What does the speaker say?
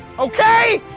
ok?